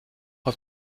auf